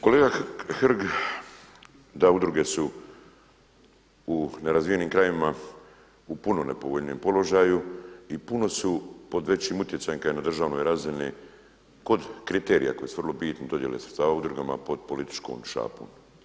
Kolega Hrg, da udruge su u nerazvijenim krajevima u puno nepovoljnijem položaju i puno su pod većim utjecajem kada je na državnoj razini kod kriterija koji su vrlo bitni dodjele sredstava udrugama pod političkom šapom.